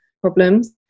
problems